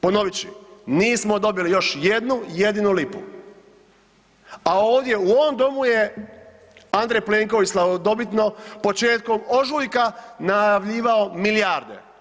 Ponovit ću, nismo dobili još jednu jedinu lipu a ovdje u ovom domu je A. Plenković slavodobitno početkom ožujka najavljivao milijarde.